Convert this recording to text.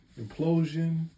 implosion